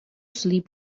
sleep